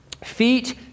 feet